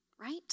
right